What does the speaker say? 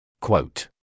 Quote